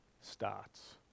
starts